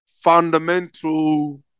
fundamental